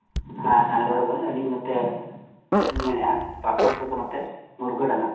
ᱦᱮᱸ ᱦᱮᱸ ᱨᱚᱲ ᱵᱮᱱ ᱟᱹᱞᱤᱧ ᱱᱚᱛᱮ ᱞᱤᱧ ᱢᱮᱱᱼᱮᱫᱟ ᱯᱟᱹᱠᱩᱲ ᱥᱮᱫ ᱠᱷᱚᱱ ᱱᱚᱛᱮ ᱢᱩᱨᱜᱟᱹ ᱰᱟᱸᱜᱟ